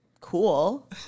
cool